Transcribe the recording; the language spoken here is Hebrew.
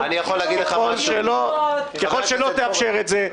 ככל שלא תאפשר את זה.